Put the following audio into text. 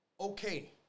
okay